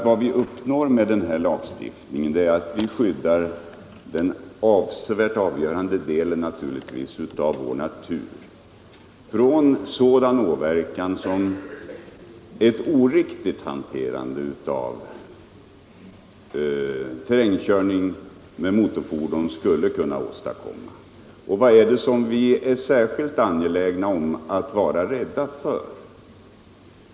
Vad vi uppnår med denna lagstiftning är att vi skyddar den helt övervägande delen av vår natur från sådan åverkan som ett oriktigt hanterande av terrängkörning med motorfordon skulle kunna åstadkomma. Vad är det som vi är särskilt rädda för?